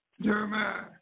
Jeremiah